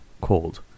called